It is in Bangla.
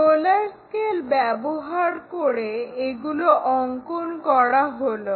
রোলার স্কেল ব্যবহার করে এগুলো অঙ্কন করা হলো